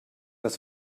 das